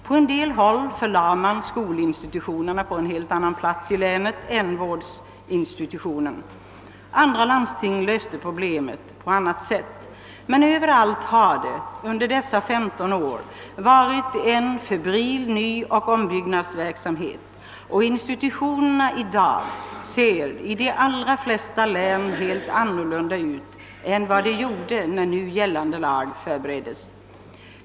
På en del håll förlade man skolinstitutionerna till en helt annan plats i länet än hemvårdsinstitutionerna. Andra landsting löste problemet på annat sätt. Men överallt har det under dessa 15 år varit en febril nyoch ombyggnadsverksamhet, och institutionerna i dag ser i de allra flesta län helt annorlunda ut än vad de gjorde när nu gällande lag förbereddes.